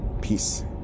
Peace